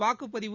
வாக்குப்பதிவு